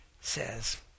says